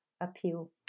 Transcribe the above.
appeal